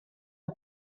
mae